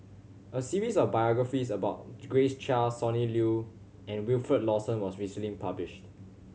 a series of biographies about Grace Chia Sonny Liew and Wilfed Lawson was recently published